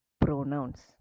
pronouns